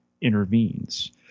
intervenes